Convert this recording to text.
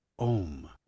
Om